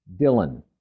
Dylan